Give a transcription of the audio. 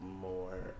more